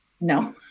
No